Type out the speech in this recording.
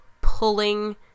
pulling